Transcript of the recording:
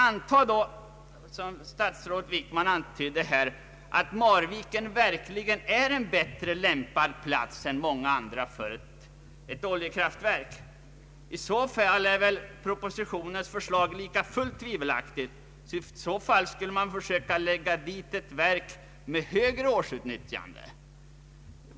Anta då att Marviken verkligen är en bättre lämpad plats än andra för ett oljekraftverk. I så fall är propositionens förslag likafullt tvivelaktigt ty då skulle man väl försöka placera ett verk där med högre årsutnyttjande.